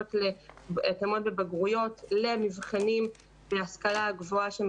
לוועדות להתאמות בבגרויות לנבחנים בהשכלה גבוהה,